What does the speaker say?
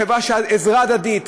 חברה של עזרה הדדית,